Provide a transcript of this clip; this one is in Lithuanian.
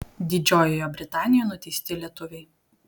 didžiojoje britanijoje nuteisti lietuviai